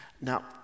Now